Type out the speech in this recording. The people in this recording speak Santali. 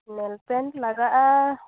ᱱᱮᱱᱯᱮᱱᱴ ᱞᱟᱜᱟᱜᱼᱟ